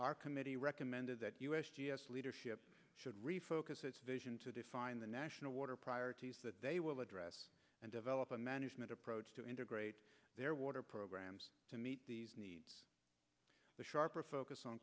our committee recommended that u s g s leadership should refocus its vision to define the national water priorities that they will address and develop a management approach to integrate their water programs to meet the needs a sharper focus on